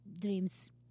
dreams